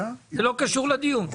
זה לא קשור לדיון.